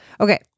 Okay